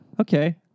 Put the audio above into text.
okay